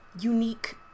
unique